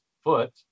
foot